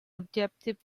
objective